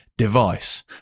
device